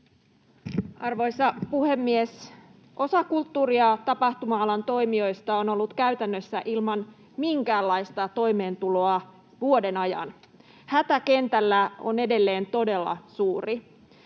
Arvoisa puhemies! Osa kulttuuri‑ ja tapahtuma-alan toimijoista on ollut käytännössä ilman minkäänlaista toimeentuloa vuoden ajan. Hätä kentällä on edelleen todella suuri.